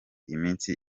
iminsi